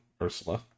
Ursula